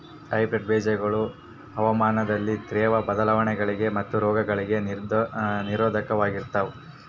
hybrid ಬೇಜಗಳು ಹವಾಮಾನದಲ್ಲಿನ ತೇವ್ರ ಬದಲಾವಣೆಗಳಿಗೆ ಮತ್ತು ರೋಗಗಳಿಗೆ ನಿರೋಧಕವಾಗಿರ್ತವ